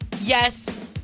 Yes